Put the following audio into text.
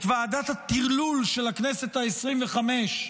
את ועדת הטרלול של הכנסת העשרים-וחמש,